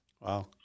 Wow